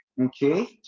okay